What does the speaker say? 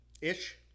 Ish